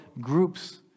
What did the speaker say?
groups